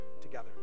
together